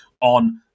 on